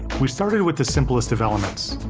we started with the simplest of elements,